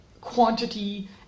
quantity